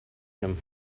him